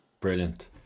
brilliant